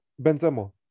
Benzema